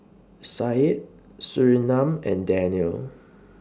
Syed Surinam and Danial